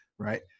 right